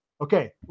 Okay